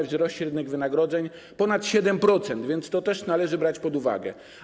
Wzrost średnich wynagrodzeń wynosi ponad 7%, to też należy brać pod uwagę.